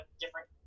different